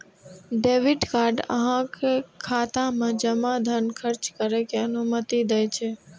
debit card अहांक खाता मे जमा धन खर्च करै के अनुमति दै छै